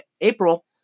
April